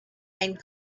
and